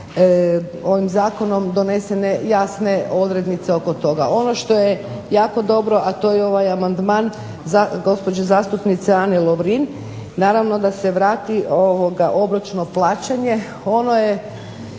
ovim zakonom donesene jasne odrednice oko toga. Ono što je jako dobro, a to je ovaj amandman gospođe zastupnice Ane Lovrin naravno da se vrati obročno plaćanje. Ono je